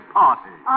party